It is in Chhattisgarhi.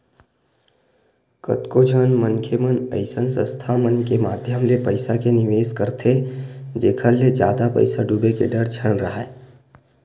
कतको झन मनखे मन अइसन संस्था मन के माधियम ले पइसा के निवेस करथे जेखर ले जादा पइसा डूबे के डर झन राहय